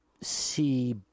see